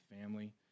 family